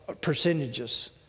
percentages